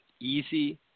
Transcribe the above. easy